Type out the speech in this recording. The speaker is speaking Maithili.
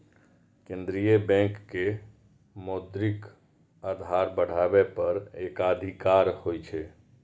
केंद्रीय बैंक के मौद्रिक आधार बढ़ाबै पर एकाधिकार होइ छै